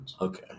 Okay